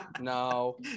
no